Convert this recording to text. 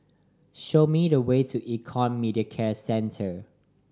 show me the way to Econ Medicare Centre